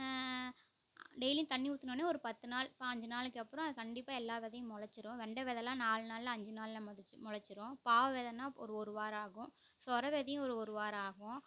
டெய்லியும் தண்ணி ஊற்றுன ஒன்னே ஒரு பத்து நாள் பாஞ்சு நாளைக்கு அப்புறோம் அது கண்டிப்பாக எல்லா விதையும் முளச்சிறும் வெண்ட விதெல்லாம் நால் நாளில் அஞ்சு நாளில் முதச்சி முளச்சிறும் பாவ விதன்னா ஒரு ஒரு வாரம் ஆகும் சொர விதையும் ஒரு ஒரு வாரம் ஆகும்